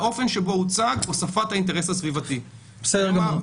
אני מתייחס לאופן שהוצג הוספת האינטרס הסביבתי -- בסדר גמור.